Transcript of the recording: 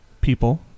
People